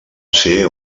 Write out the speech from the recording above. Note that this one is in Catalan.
ser